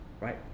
right